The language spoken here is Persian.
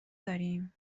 داریم